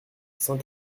cent